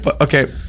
okay